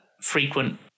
frequent